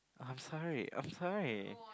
I'm sorry I'm sorry